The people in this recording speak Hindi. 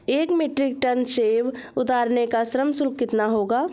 एक मीट्रिक टन सेव उतारने का श्रम शुल्क कितना होगा?